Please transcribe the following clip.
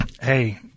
hey